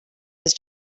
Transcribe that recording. his